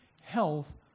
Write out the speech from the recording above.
health